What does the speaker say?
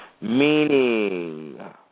Meaning